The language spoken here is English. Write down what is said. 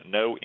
no